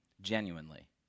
genuinely